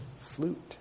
flute